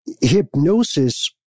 hypnosis